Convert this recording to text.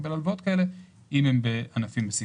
לקבל הלוואות אם הן ענפים בסיכון.